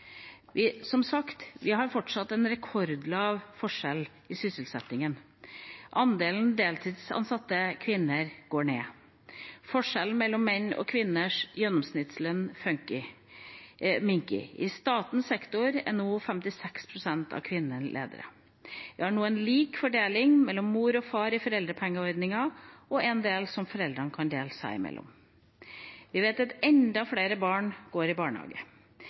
vi fortsatt en rekordlav forskjell i sysselsettingen. Andelen deltidsansatte kvinner går ned. Forskjellene mellom menns og kvinners gjennomsnittslønn minker. I statlig sektor er nå 56 pst. av lederne kvinner. Vi har en lik del fordeling mellom mor og far i foreldrepengeordningen og én del som foreldrene kan dele mellom seg. Vi vet at enda flere barn går i barnehage.